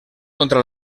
contra